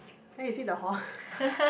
can you see the hole